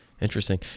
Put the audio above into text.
interesting